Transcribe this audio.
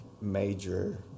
major